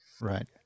Right